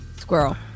Squirrel